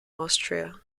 austria